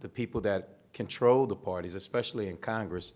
the people that control the parties, especially in congress,